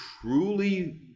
truly